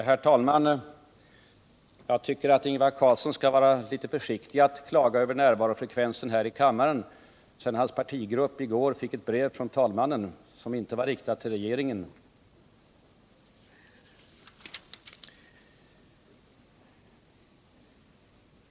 Herr talman! Jag tycker att Ingvar Carlsson skall vara litet försiktig med att klaga över närvarofrekvensen här i kammaren, sedan hans partigrupp fick ett brev från talmannen, som inte var riktat till regeringen.